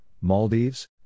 Maldives